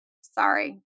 Sorry